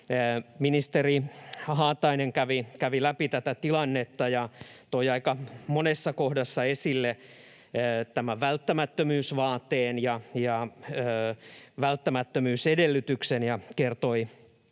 Ministeri Haatainen kävi läpi tätä tilannetta ja toi aika monessa kohdassa esille tämän välttämättömyysvaateen ja välttämättömyysedellytyksen ja kertoi,